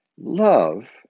Love